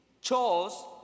chose